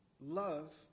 love